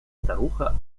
старуха